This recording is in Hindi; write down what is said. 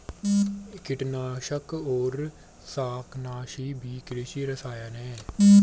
कीटनाशक और शाकनाशी भी कृषि रसायन हैं